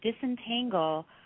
disentangle